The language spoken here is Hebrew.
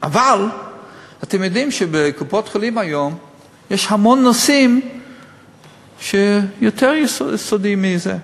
אבל אתם יודעים שבקופות-חולים היום יש המון נושאים יותר סודיים מזה.